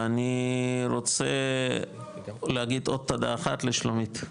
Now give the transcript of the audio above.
ואני רוצה להגיד עוד תודה אחת לשלומית,